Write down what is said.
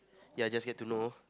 ya I just get to know